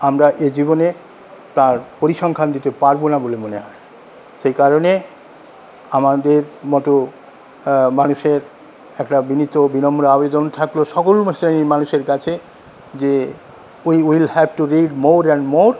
আমরা এ জীবনে তার পরিসংখ্যান দিতে পারবো না বলে মনে হয় সেই কারণে আমাদের মতো মানুষের একটা বিনীত বিনম্র আবেদন থাকলো সকল ম শ্রেণীর মানুষের কাছে যে we will have to read more and more